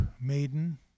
maiden